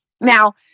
Now